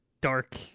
dark